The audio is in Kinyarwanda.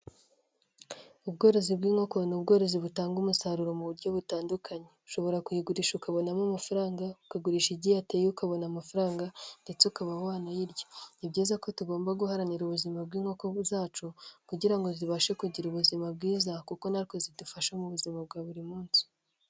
Ubworozi bw'inkoko ni ubworozi butanga umusaruro mu buryo butandukanye: ushobora kuyigurisha ukabonamo amafaranga, ukagurisha igi yateye ukabona amafaranga ndetse ukaba wanayirya. Ni byiza ko tugomba guharanira ubuzima bw'inkoko zacu kugira ngo zibashe kugira ubuzima bwiza kuko natwe zidufasha mu buzima bwa buri munsi.